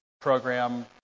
program